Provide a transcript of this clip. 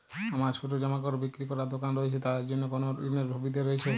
আমার ছোটো জামাকাপড় বিক্রি করার দোকান রয়েছে তা এর জন্য কি কোনো ঋণের সুবিধে রয়েছে?